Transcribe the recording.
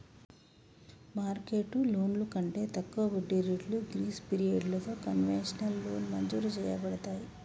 market లోన్లు కంటే తక్కువ వడ్డీ రేట్లు గ్రీస్ పిరియడలతో కన్వెషనల్ లోన్ మంజురు చేయబడతాయి